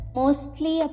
mostly